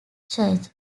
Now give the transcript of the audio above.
church